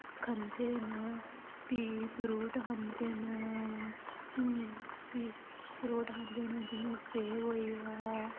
खंदे न फ्ही फ्रूट खंदे न फ्ही फ्रूट खंदे न जियां सेब होइया